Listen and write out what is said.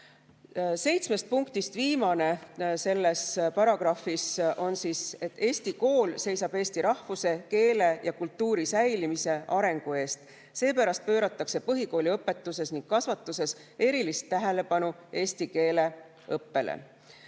Seitsmest punktist viimane selles paragrahvis on, et Eesti kool seisab eesti rahvuse, keele ja kultuuri säilimise ja arengu eest, seepärast pööratakse põhikooli õpetuses ja kasvatuses erilist tähelepanu eesti keele õppele.